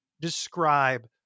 describe